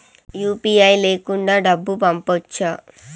UPI లేకుండా డబ్బు పంపొచ్చా